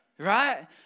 right